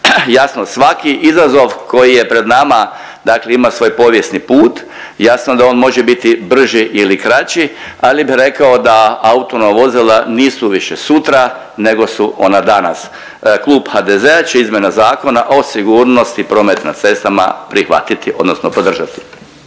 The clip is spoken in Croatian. Jasno svaki izazov koji je pred nama dakle ima svoj povijesni put i jasno da on može biti brži ili kraći, ali bi rekao da autonomna vozila nisu više sutra nego su ona danas. Klub HDZ-a će izmjene Zakona o sigurnosti prometa na cestama prihvatiti odnosno podržati.